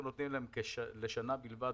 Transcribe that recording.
חבר הכנסת ינון אזולאי אנחנו נותנים להם לשנה בלבד,